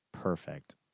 perfect